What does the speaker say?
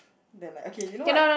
then like okay you know what